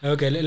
Okay